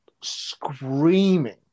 screaming